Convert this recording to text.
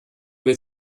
will